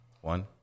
one